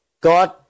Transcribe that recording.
God